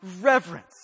reverence